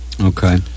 Okay